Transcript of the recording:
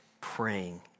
praying